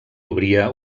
obria